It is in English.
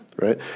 Right